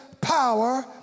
power